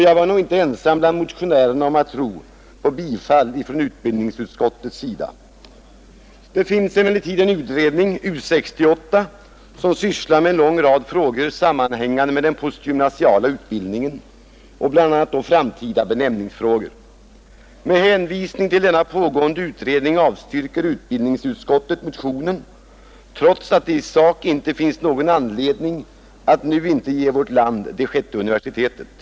Jag var nog inte ensam bland motionärerna om att tro på ett tillstyrkande från utbildningsutskottets sida. Det finns emellertid en utredning, U 68, som sysslar med en lång rad frågor sammanhängande med den postgymnasiala utbildningen och bl.a. då framtida benämningsfrågor. Med hänvisning till denna pågående utredning avstyrker utbildningsutskottet motionen, trots att det i sak inte finns någon anledning att inte nu ge vårt land det sjätte universitetet.